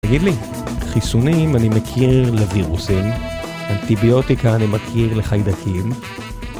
תגיד לי, חיסונים אני מכיר לווירוסים, אנטיביוטיקה אני מכיר לחיידקים..